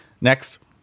Next